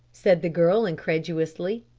said the girl incredulously.